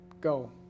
go